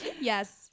yes